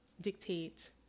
dictate